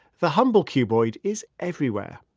the humble cuboid is everywhere.